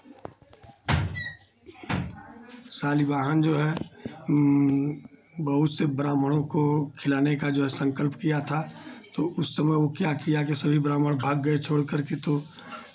शालिवाहन जो है बहुत से ब्राह्मणों को खिलाने का जो है संकल्प किया था तो उस समय वो क्या किया कि सभी ब्राह्मण भाग गए छोड़कर के तो